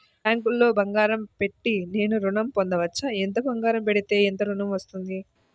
బ్యాంక్లో బంగారం పెట్టి నేను ఋణం పొందవచ్చా? ఎంత బంగారం పెడితే ఎంత ఋణం వస్తుంది?